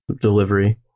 delivery